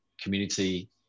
community